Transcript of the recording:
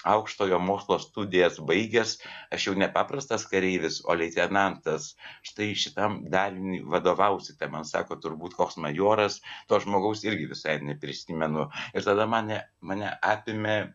aukštojo mokslo studijas baigęs aš jau ne paprastas kareivis o leitenantas štai šitam daliniui vadovausite man sako turbūt koks majoras to žmogaus irgi visai neprisimenu ir tada mane mane apėmė